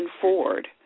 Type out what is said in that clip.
Ford